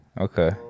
Okay